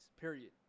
period